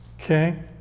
Okay